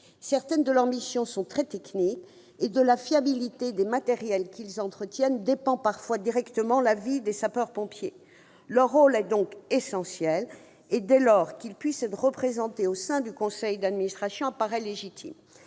Certaines de leurs missions sont très techniques. Or de la fiabilité des matériels qu'ils entretiennent dépend parfois directement la vie des sapeurs-pompiers. Leur rôle est donc essentiel. Dès lors, qu'ils puissent être représentés au sein du conseil d'administration paraît légitime.